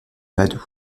padoue